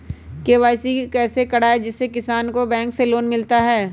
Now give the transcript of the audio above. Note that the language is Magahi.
के.सी.सी कैसे कराये जिसमे किसान को बैंक से लोन मिलता है?